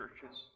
churches